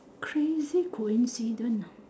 crazy coincidence